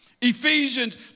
Ephesians